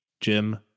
Jim